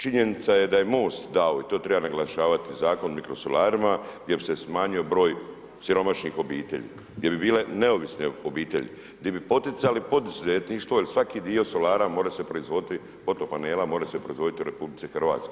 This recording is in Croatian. Činjenica je da je MOST dao i to treba naglašavati, Zakon o mikrosolarima gdje bi se smanjio broj siromašnih obitelji, gdje bi bile neovisne obitelji, gdje bi poticali poduzetništvo jer svaki di solara mora se proizvoditi od tog panela, mora se proizvoditi u RH.